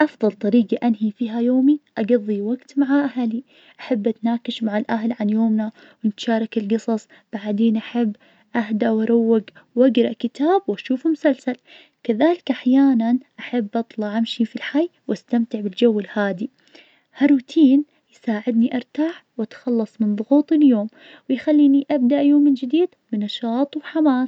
أعتقد إني بكون جيد في وظيفة تعليمية, أحب أشارك المعرفة, وأساعد الناس يتعلمون, عندي جدرة على التواصل مع الطلاب وفهم احتياجاتهم, واحب أخلق جو دراسي ممتع, كذلك أحب أكون مع الأطفال, وأشوف شغفهم للتعلم, إذا صرت معلم بيكون عندي فرصة لأثر فحياتهم, واساعدهم يحققون أحلامهم يوصلون للي يبونه.